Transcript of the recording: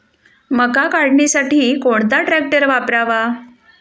मका काढणीसाठी कोणता ट्रॅक्टर वापरावा?